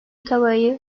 tavayı